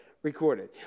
Recorded